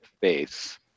face